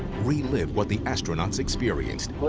relive what the astronauts experienced.